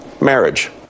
Marriage